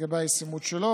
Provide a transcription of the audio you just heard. לגבי הישימות שלו,